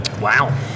wow